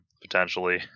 potentially